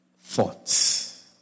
thoughts